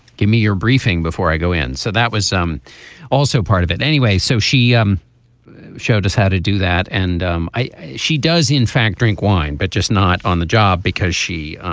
give me your briefing before i go in. so that was also part of it anyway so she um showed us how to do that and um i she does in fact drink wine but just not on the job because she